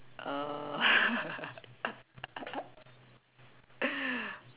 uh